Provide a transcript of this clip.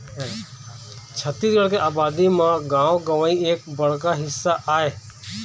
छत्तीसगढ़ के अबादी म गाँव गंवई एक बड़का हिस्सा आय